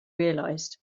realized